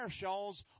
shawls